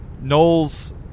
knowles